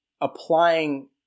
applying